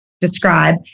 describe